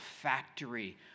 factory